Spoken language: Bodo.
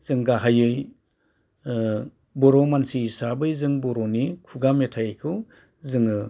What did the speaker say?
जों गाहायै बर' मानसि हिसाबै जों बर'नि खुगा मेथाइखौ जोङो